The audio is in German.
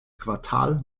quartal